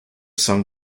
sung